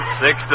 six